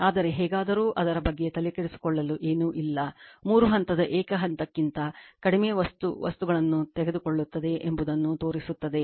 ಆದರೆ ಹೇಗಾದರೂ ಅದರ ಬಗ್ಗೆ ತಲೆಕೆಡಿಸಿಕೊಳ್ಳಲು ಏನೂ ಇಲ್ಲ ಮೂರು ಹಂತದ ಏಕ ಹಂತಕ್ಕಿಂತ ಕಡಿಮೆ ವಸ್ತು ವಸ್ತುಗಳನ್ನು ತೆಗೆದುಕೊಳ್ಳುತ್ತದೆ ಎಂಬುದನ್ನು ತೋರಿಸುತ್ತದೆ